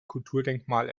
kulturdenkmal